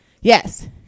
Yes